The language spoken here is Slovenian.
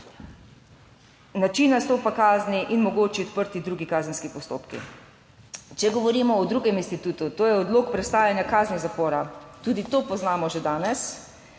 način nastopa kazni in mogoči odprti drugi kazenski postopki. Če govorimo o drugem institutu, to je odlog prestajanja kazni zapora, tudi to poznamo že danes